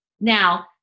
Now